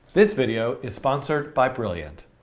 this video is sponsored by brilliant.